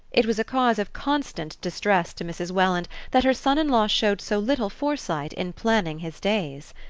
it was a cause of constant distress to mrs. welland that her son-in-law showed so little foresight in planning his days.